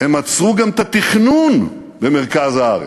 הם עצרו גם את התכנון במרכז הארץ.